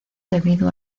debido